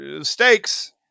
Stakes